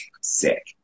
sick